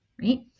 right